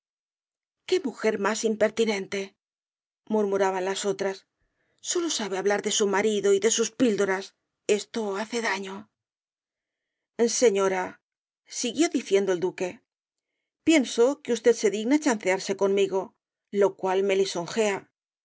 qué mujer más impertinente murmuraban las otras sólo sabe hablar de su marido y de sus pildoras esto hace daño señora siguió diciendo el duque pienso que usted se digna chancearse conmigo lo cual me lisonjea